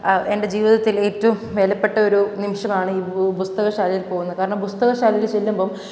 എൻ്റെ ജീവിതത്തിൽ ഏറ്റവും വിലപ്പെട്ട ഒരു നിമിഷമാണ് ഈ പുസ്തകശാലയിൽ പോകുന്നത് കാരണം പുസ്തകശാലയിൽ ചെല്ലുമ്പം